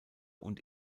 und